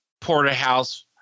porterhouse